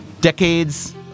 Decades